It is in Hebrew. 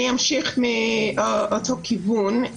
אני אמשיך מאותו כיוון.